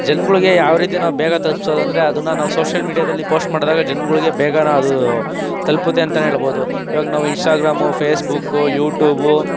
ಜನಗಳ್ಗೆ ಯಾವ ರೀತಿ ನಾವು ಬೇಗ ತಲುಪಿಸೋದಂದ್ರೆ ಅದನ್ನು ನಾವು ಸೋಷಿಯಲ್ ಮೀಡಿಯಾದಲ್ಲಿ ಪೋಸ್ಟ್ ಮಾಡಿದಾಗ ಜನಗಳ್ಗೆ ಬೇಗನೇ ಅದು ತಲುಪುತ್ತೆ ಅಂತಲೇ ಹೇಳ್ಬೋದು ಈವಾಗ ನಾವು ಇನ್ಸ್ಟಾಗ್ರಾಮು ಫೇಸ್ಬುಕ್ಕು ಯು ಟ್ಯೂಬು